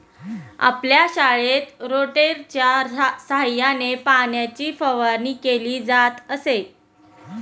आपल्या शाळेत रोटेटरच्या सहाय्याने पाण्याची फवारणी केली जात असे